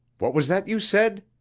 what was that you said?